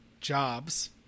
jobs